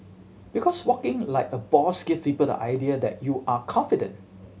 because walking like a boss gives people the idea that you are confident